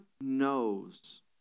knows